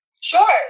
Sure